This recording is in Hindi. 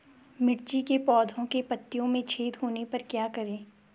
मिर्ची के पौधों के पत्तियों में छेद होने पर क्या करें?